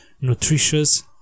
nutritious